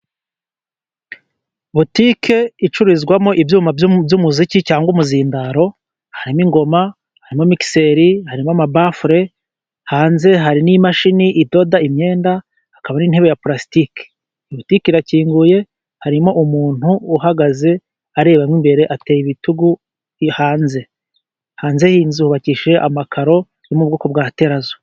Botique icururizwamo ibyuma byo mu by'umuziki cyangwa umuzindaro. Harimo ingoma, hari mixell, harimo amabafule, hanze hari n'imashini idoda imyenda akaba hari n'intebe ya plastike. Boutique irakinguye harimo umuntu uhagaze arebamo imbere ateye ibitugu hanze. Hanze y'iyi nzu hubakishije amakaro yo mu bwoko bwa tzo